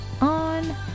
on